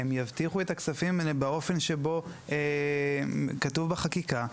יבטיחו את הכספים באופן שבו כתוב בחקיקה.